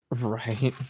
Right